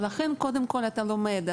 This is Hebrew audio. לכן קודם כל אתה לומד,